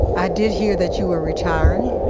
i did hear that you were retiring.